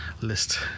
list